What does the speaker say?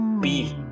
Beef